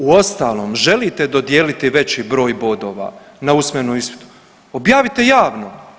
Uostalom, želite dodijeliti veći broj bodova na usmenom ispitu, objavite javno.